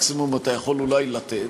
מקסימום אתה יכול אולי לתת,